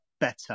better